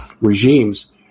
regimes